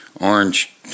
Orange